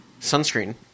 sunscreen